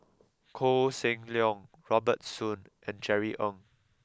Koh Seng Leong Robert Soon and Jerry Ong